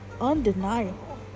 undeniable